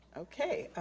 okay.